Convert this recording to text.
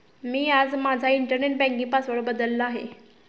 मी आज माझा internet banking password बदलला आहे